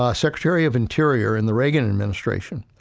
ah secretary of interior in the reagan administration,